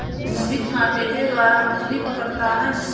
मोहित कांटे के द्वारा मछ्ली पकड़ता है